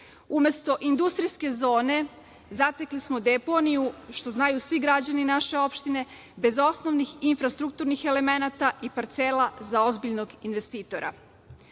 umesto industrijske zone zatekli smo deponiju, što znaju svi građani naše opštine, bez osnovnih infrastrukturnih elemenata i parcela za ozbiljnog investitora. Lokalna